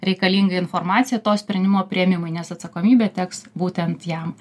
reikalingą informaciją to sprendimo priėmimui nes atsakomybė teks būtent jam